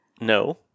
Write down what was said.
No